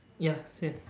ya same